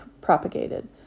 propagated